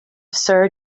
sir